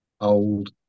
old